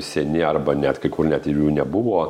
seni arba net kai kur net ir jų nebuvo